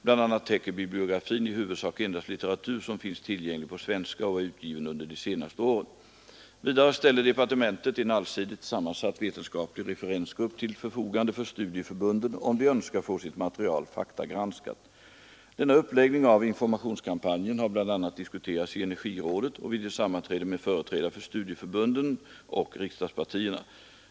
Bl.a. täcker bibliografin i huvudsak endast litteratur som finns tillgänglig på svenska och är utgiven under de senaste åren. Vidare ställer departementet en allsidigt sammansatt vetenskaplig referensgrupp till förfogande för studieförbunden, om de önskar få sitt material faktagranskat. Denna uppläggning av informationskampanjen har bl.a. diskuterats i energirådet och vid ett sammanträde med företrädare för studieförbunden och riksdagspartierna.